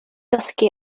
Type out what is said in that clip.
dysgu